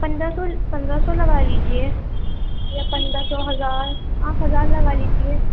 پندرہ سو پندرہ سو لگا لیجیے یا پندرہ سو ہزار آپ ہزار لگا لیجیے